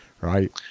right